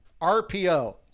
RPO